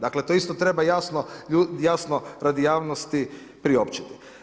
Dakle to isto treba jasno radi javnosti priopćiti.